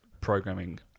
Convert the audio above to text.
programming